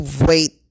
wait